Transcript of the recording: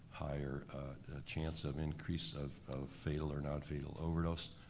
higher chance of increase of fatal or non-fatal overdose,